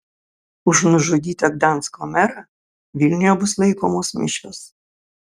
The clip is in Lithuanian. už nužudytą gdansko merą vilniuje bus laikomos mišios